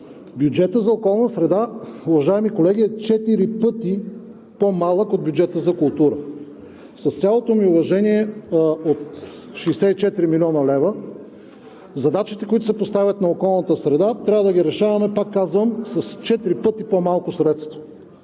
Бюджетът за околната среда, уважаеми колеги, е четири пъти по-малък от бюджета за култура. С цялото ми уважение – от 64 млн. лв., задачите, които се поставят на околната среда, трябва да ги решаваме, пак казвам, с четири пъти по-малко средства.